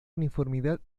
uniformidad